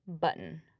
button